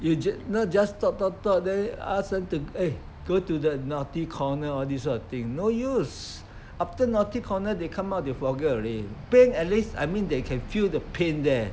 you ju~ not just talk talk talk then ask them to eh go to the naughty corner all these kind of thing no use after naughty corner they come out they forget already pain at least I mean they can feel the pain there